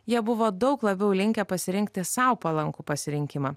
jie buvo daug labiau linkę pasirinkti sau palankų pasirinkimą